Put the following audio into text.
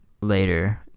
later